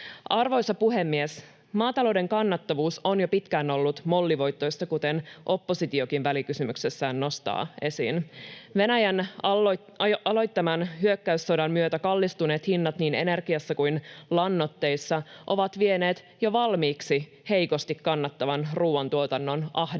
Arvoisa puhemies! Maatalouden kannattavuus on jo pitkään ollut mollivoittoista, kuten oppositiokin välikysymyksessään nostaa esiin. Venäjän aloittaman hyökkäyssodan myötä kallistuneet hinnat niin energiassa kuin lannoitteissa ovat vieneet jo valmiiksi heikosti kannattavan ruuantuotannon ahdinkoon.